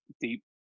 deep